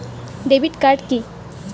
Debit card key?